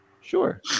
Sure